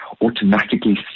automatically